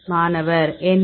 மாணவர் NAD